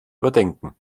überdenken